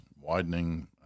widening